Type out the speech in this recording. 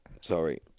Sorry